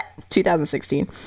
2016